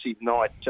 night